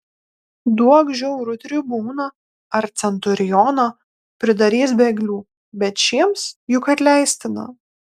duok žiaurų tribūną ar centurioną pridarys bėglių bet šiems juk atleistina